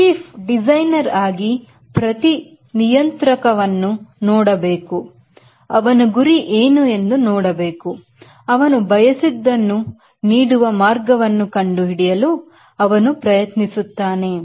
chief designer ಆಗಿ ಪ್ರತಿ ನಿಯಂತ್ರಕವನ್ನು ನೋಡಬೇಕು ಅವನ ಗುರಿ ಏನು ಎಂದು ನೋಡಬೇಕು ಅವನು ಬಯಸಿದ್ದನ್ನು ನೀಡುವ ಮಾರ್ಗವನ್ನು ಕಂಡು ಹಿಡಿಯಲು ಅವನು ಪ್ರಯತ್ನಿಸುತ್ತಾನೆ